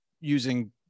using